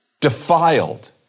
defiled